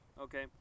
okay